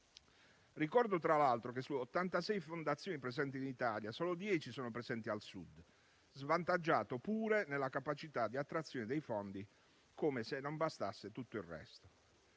Ricordo tra l'altro che, su 86 fondazioni presenti in Italia, solo dieci si trovano al Sud, svantaggiato pure nella capacità di attrazione dei fondi, come se non bastasse tutto il resto.